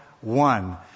one